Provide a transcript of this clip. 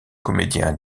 comédiens